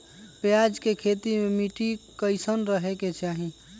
प्याज के खेती मे मिट्टी कैसन रहे के चाही?